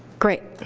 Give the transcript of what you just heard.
great.